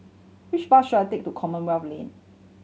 which bus should I take to Commonwealth Lane